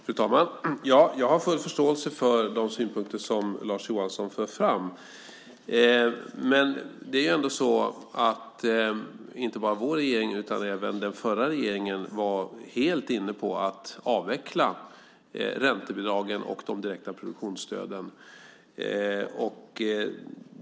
Fru talman! Jag har full förståelse för de synpunkter som Lars Johansson för fram. Men det är ändå så att inte bara vår regering utan även den förra regeringen var helt inne på att avveckla räntebidraget och de direkta produktionsstöden.